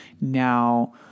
now